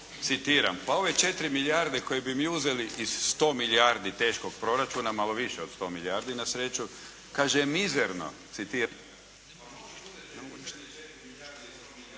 citiram: "Pa ove 4 milijarde koje bi mi uzeli iz 100 milijardi teškog proračuna, malo više od 100 milijardi na sreću kaže mizerno